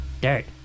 dirt